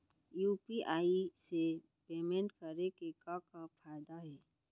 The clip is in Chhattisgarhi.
यू.पी.आई से पेमेंट करे के का का फायदा हे?